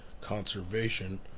conservation